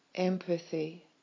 Empathy